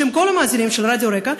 בשם כל המאזינים של רדיו רק"ע,